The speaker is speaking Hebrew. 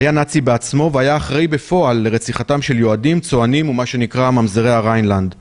היה נאצי בעצמו והיה אחראי בפועל לרציחתם של יהודים, צוענים ומה שנקרא ממזרי הריינלנד.